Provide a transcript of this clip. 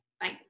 bye